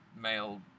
male